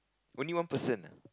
only one person ah